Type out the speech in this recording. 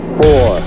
four